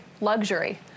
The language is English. luxury